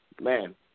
man